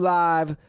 live